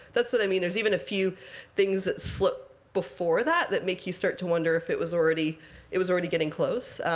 that's what i mean. there's even a few things that slipped before that that make you start to wonder if it was already it was already getting close.